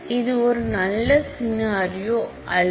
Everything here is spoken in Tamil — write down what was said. இது ஒரு நல்ல செனரியோ அல்ல